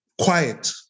quiet